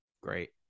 Great